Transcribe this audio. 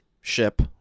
ship